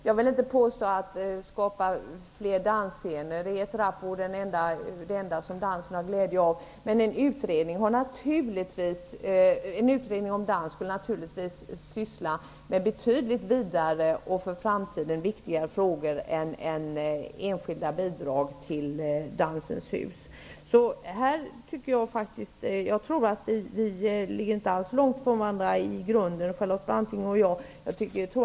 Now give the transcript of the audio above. Jag vill inte påstå att det enda som dansen har glädje av är att man i ett rapp skapar fler dansscener. En utredning om dans skulle naturligtvis syssla med betydligt vidare och för framtiden viktigare frågor än enskilda bidrag till Dansens hus. Jag tror inte att Charlotte Branting och jag i grunden har så skilda synsätt.